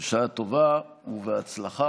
בשעה טובה ובהצלחה.